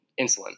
insulin